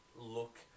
look